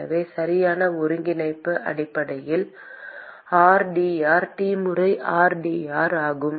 எனவே சரியான ஒருங்கிணைப்பு அடிப்படையில் rdr T முறை rdr ஆகும்